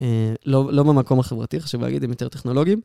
לא במקום החברתי, חשבו להגיד, עם יותר טכנולוגים.